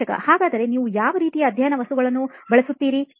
ಸಂದರ್ಶಕಹಾಗಾದರೆ ನೀವು ಯಾವ ರೀತಿಯ ಅಧ್ಯಯನ ವಸ್ತುಗಳನ್ನು ಬಳಸುತ್ತೀರಿ